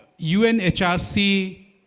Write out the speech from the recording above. UNHRC